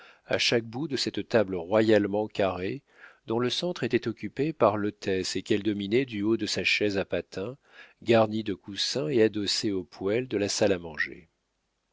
à chaque bout de cette table royalement carrée dont le centre était occupé par l'hôtesse et qu'elle dominait du haut de sa chaise à patins garnie de coussins et adossée au poêle de la salle à manger